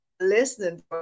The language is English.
listening